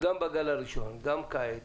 גם בגל הראשון וגם עתה,